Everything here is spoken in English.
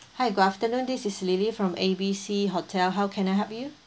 hi good afternoon this is lily from A B C hotel how can I help you